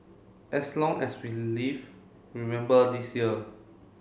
as long as we live remember this year